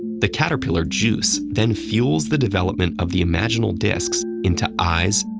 the caterpillar juice then fuels the development of the imaginal discs into eyes,